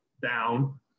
down